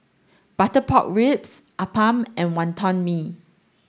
butter pork ribs Appam and Wonton Mee